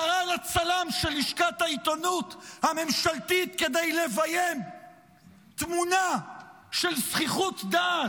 קרא לצלם של לשכת העיתונות הממשלתית כדי לביים תמונה של זחיחות דעת,